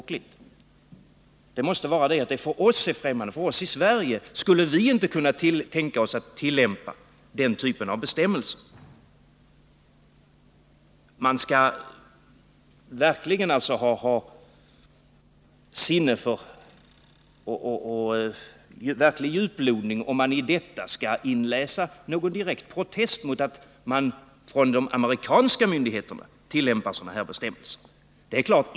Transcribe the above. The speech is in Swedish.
Innebörden måste vara att detta förhållande är främmande för oss — i Sverige skulle vi inte kunna tänka oss att tillämpa den typen av bestämmelser. Man måste verkligen ha sinne för djuplodning för att i detta kunna inläsa någon direkt protest mot att amerikanska myndigheter tillämpar sådana bestämmelser.